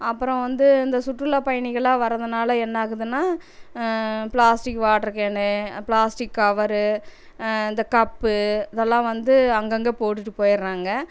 அப்புறம் வந்து இந்த சுற்றுலா பயணிகளெலாம் வரதினால என்ன ஆகுதுன்னால் plastic water can plastic cover இந்த கப்பு இதெல்லாம் வந்து அங்கங்கே போட்டுவிட்டு போயிடறாங்க